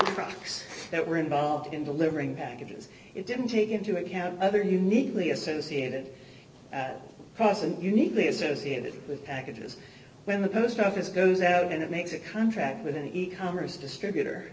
projects that were involved in delivering packages it didn't take into account other neatly associated costs and uniquely associated with packages when the post office goes out and it makes a contract with an e commerce distributor